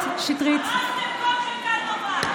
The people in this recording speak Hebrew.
הרסתם כל חלקה טובה.